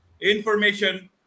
information